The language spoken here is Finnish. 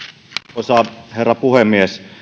arvoisa herra puhemies